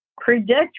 predict